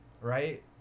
Right